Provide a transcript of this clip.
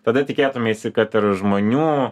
tada tikėtumeisi kad ir žmonių